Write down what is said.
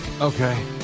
Okay